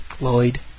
Lloyd